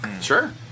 sure